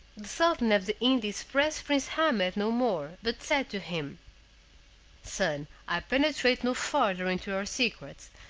the sultan of the indies pressed prince ahmed no more, but said to him son, i penetrate no farther into your secrets,